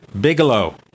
Bigelow